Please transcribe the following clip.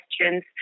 questions